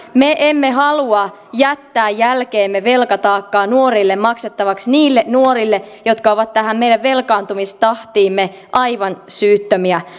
me emme halua jättää jälkeemme velkataakkaa nuorille maksettavaksi niille nuorille jotka ovat tähän meidän velkaantumistahtiimme aivan syyttömiä